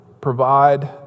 provide